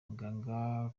muganga